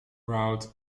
route